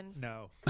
No